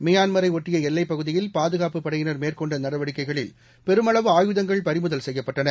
மியான்மரைஒட்டியஎல்லைப்பகுதியில் பாதுகாப்பு படையினர் மேற்கொண்டநடவடிக்கைகளில் பெருமளவு ஆயுதங்கள் பறிமுதல் செய்யப்பட்டன